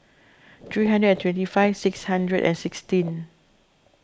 three hundred and twenty five six hundred and sixteen